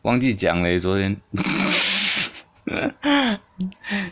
忘记讲 leh 昨天